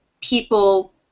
people